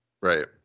Right